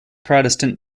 protestant